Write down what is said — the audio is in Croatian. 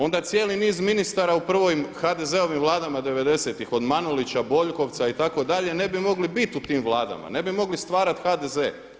Onda cijeli niz ministara u prvim, HDZ-ovim Vladama '90.-tih od Manulića, Boljkovca itd., ne bi mogli biti u tim vladama, ne bi mogli stvarati HDZ.